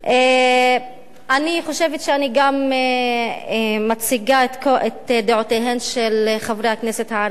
אני חושבת שאני גם מציגה את דעותיהם של חברי הכנסת הערבים.